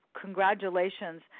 congratulations